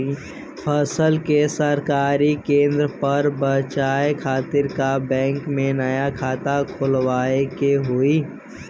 फसल के सरकारी केंद्र पर बेचय खातिर का बैंक में नया खाता खोलवावे के होई?